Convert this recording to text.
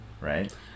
right